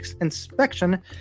inspection